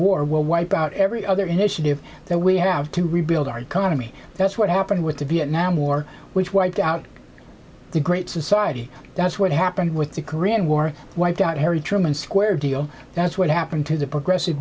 war will wipe out every other initiative that we have to rebuild our economy that's what happened with the vietnam war which wiped out the great society that's what happened with the korean war wiped out harry truman square deal that's what happened to the progressive